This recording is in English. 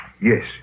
Yes